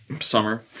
summer